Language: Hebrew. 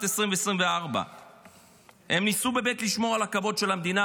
2024. הם ניסו באמת לשמור על הכבוד של המדינה,